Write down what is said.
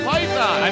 Python